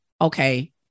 Okay